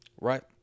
Right